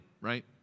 right